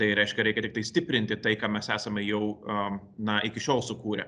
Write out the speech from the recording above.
tai reiškia reikia tiktai stiprinti tai ką mes esame jau a na iki šiol sukūrę